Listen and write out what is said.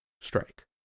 Strike